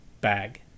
bag